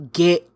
get